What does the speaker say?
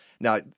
Now